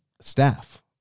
staff